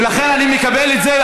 ולכן אני מקבל את זה.